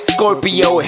Scorpio